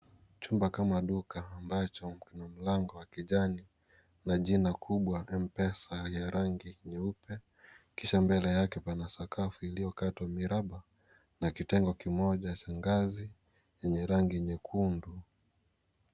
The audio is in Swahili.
Chumba kama duka ambacho kina mlango wa kijani na jina kubwa Mpesa ya rangi nyeupe. Kisha, mbele yake pana sakafu iliyo katwa miraba na kitengo kimoja shangazi yenye rangi nyekundu.